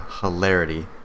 hilarity